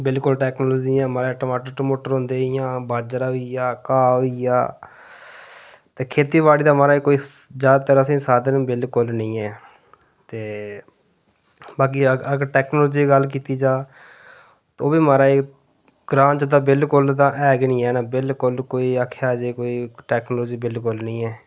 बिलकुल टेक्नोलॉजी निं ऐ महाराज टमाटर टमूटर होंदे जियां बाजरा होई गेआ घाऽ होई गेआ ते खेतीबाड़ी दा कोई महाराज जादैतर असेंगी कोई साधन बिलकुल नेईं ऐ ते बाकी अगर टेक्नोलॉजी दी गल्ल कीती जा तो बी महाराज ग्रांऽ च तां बिलकुल ऐ गै नीं ऐ बिलकुल कोई आक्खेआ जे कोई टेक्नोलॉजी बिलकुल नीं ऐ